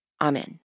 Amen